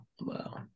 Wow